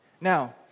Now